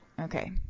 Okay